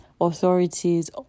authorities